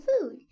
food